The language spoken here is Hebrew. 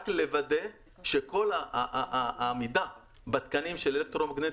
רק לוודא שכל העמידה בתקנים של אלקטרומגנטיות,